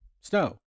snow